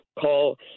call